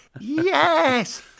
Yes